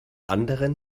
anderen